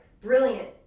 brilliant